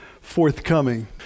forthcoming